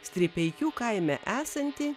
stripeikių kaime esantį